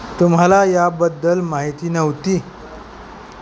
तुम्हाला याबद्दल माहिती नव्हती